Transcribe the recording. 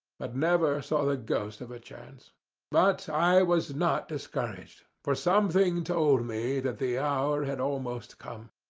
but never saw the ghost of a chance but i was not discouraged, for something told me that the hour had almost come.